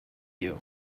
you